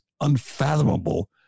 unfathomable